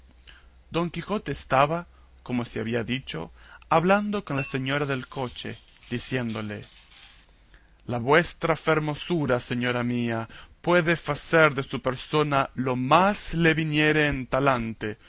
don quijote estaba como se ha dicho hablando con la señora del coche diciéndole la vuestra fermosura señora mía puede facer de su persona lo que más le viniere en talante